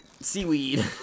seaweed